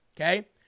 okay